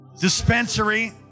dispensary